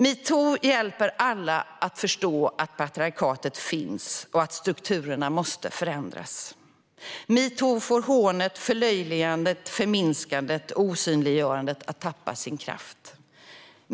Metoo hjälper alla att förstå att patriarkatet finns och att strukturerna måste förändras. Metoo får hånet, förlöjligandet, förminskandet och osynliggörandet att tappa sin kraft.